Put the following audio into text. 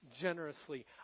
generously